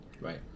Right